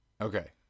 Okay